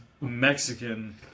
Mexican